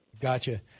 gotcha